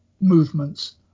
movements